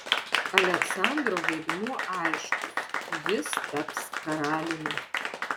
aleksandro vaidmuo aiškus jis taps karaliumi